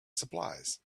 supplies